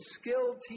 skilled